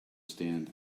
stand